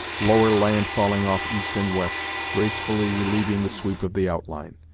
lower land falling off east and west, gracefully relieving the sweep of the outline.